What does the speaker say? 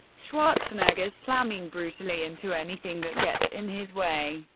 schwarzenegger's slamming brutally into anything that gets in his way.